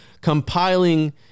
compiling